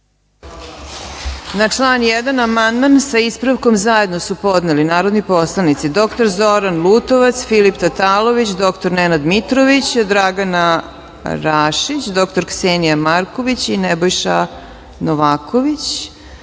Na član 1. amandman, sa ispravkom, zajedno su podneli narodni poslanici dr Zoran Lutovac, Filip Tatalović, dr Nenad Mitrović, Dragana Rašić, dr Ksenija Marković i Nebojša Novaković. Da